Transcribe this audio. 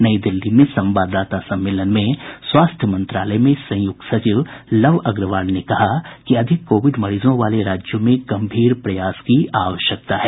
नई दिल्ली में संवाददाता सम्मेलन में स्वास्थ्य मंत्रालय में संयुक्त सचिव लव अग्रवाल ने कहा कि अधिक कोविड मरीजों वाले राज्यों में गंभीर प्रयास की आवश्कता है